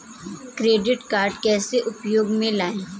Credit card कैसे उपयोग में लाएँ?